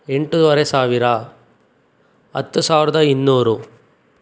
ಎಂಟುವರೆ ಸಾವಿರ ಹತ್ತು ಸಾವ್ರದ ಇನ್ನೂರು